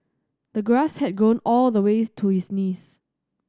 the grass had grown all the way to his knees